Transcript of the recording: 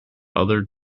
other